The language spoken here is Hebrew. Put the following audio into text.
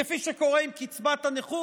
כפי שקורה עם קצבת הנכות?